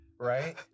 right